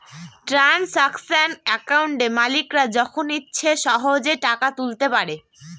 transaction একাউন্টে মালিকরা যখন ইচ্ছে সহেজে টাকা তুলতে পারে